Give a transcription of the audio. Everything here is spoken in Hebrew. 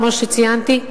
כמו שציינתי,